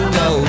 go